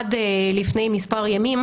עד לפני כמה ימים,